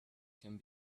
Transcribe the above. can